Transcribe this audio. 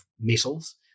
metals